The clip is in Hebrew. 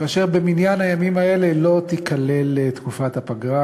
כאשר במניין הימים האלה לא תיכלל תקופת הפגרה,